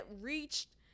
reached